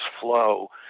flow